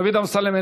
דוד אמסלם,